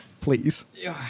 Please